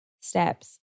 steps